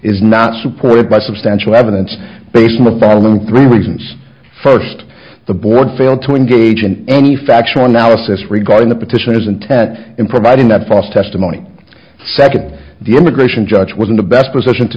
is not supported by substantial evidence based mcpharlin three reasons first the board failed to engage in any factual analysis regarding the petitioners intent in providing that fosse testimony second the immigration judge was in the best position to